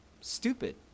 stupid